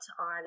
on